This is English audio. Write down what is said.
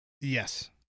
Yes